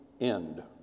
end